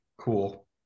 Cool